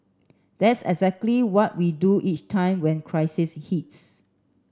that's exactly what we do each time when crisis hits